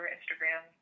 Instagram